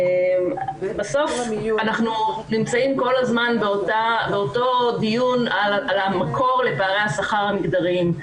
בסוף אנחנו נמצאים כל הזמן באותו הדיון על המקור לפערי השכר המגדריים.